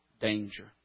danger